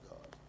God